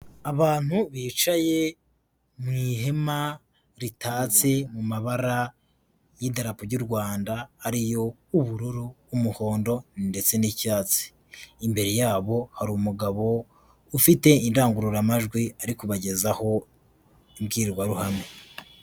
Abantu bicaye mu ihema ritatse mu mabara y'idarapu ry'u Rwanda ariyo: ubururu, umuhondo ndetse n'icyatsi. Imbere yabo hari umugabo ufite indangururamajwi ari kubagezaho imbwirwaruhame.